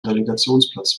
relegationsplatz